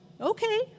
okay